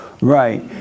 Right